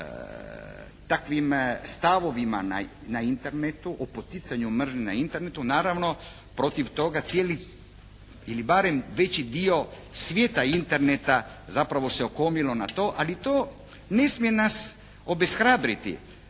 o takvim stavovima na Internetu, o poticanju mržnje na Internetu naravno protiv toga cijeli ili barem veći dio svijeta Interneta zapravo se okomilo na to. Ali to ne smije nas obeshrabriti.